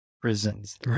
prisons